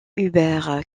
hubert